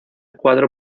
cuadro